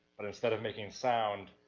but instead of making sound,